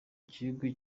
gihugu